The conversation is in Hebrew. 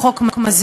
הוא חוק מזיק,